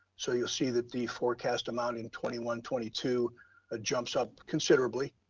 so you'll see that the forecast amount in twenty one twenty two ah jumps up considerably